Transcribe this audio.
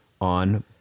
on